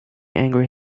angry